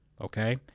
okay